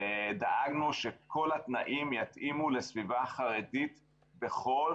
דאגנו שכל התנאים יתאימו לסביבה חרדית בכל